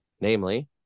namely